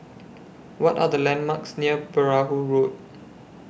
What Are The landmarks near Perahu Road